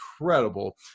incredible